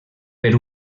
per